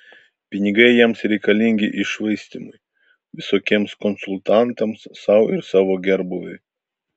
pinigai jiems reikalingi iššvaistymui visokiems konsultantams sau ir savo gerbūviui